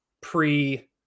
pre